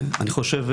אני חושב,